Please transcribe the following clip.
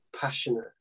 passionate